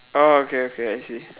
oh okay okay I see